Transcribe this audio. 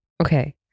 Okay